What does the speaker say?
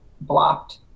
blocked